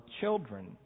children